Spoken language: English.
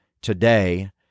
today